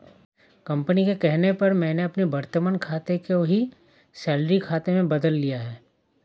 company के कहने पर मैंने अपने वर्तमान खाते को ही सैलरी खाते में बदल लिया है